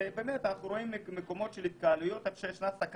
באמת שישנם מקומות בהם יש התקהלויות ובהם יש סכנה,